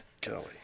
Kelly